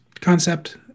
concept